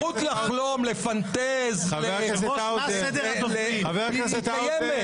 הזכות לחלום, לפנטז היא קיימת.